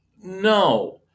No